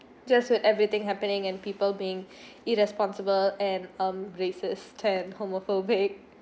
just with everything happening and people being irresponsible and racist tend homophobic